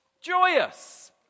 joyous